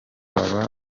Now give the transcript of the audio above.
baba